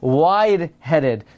wide-headed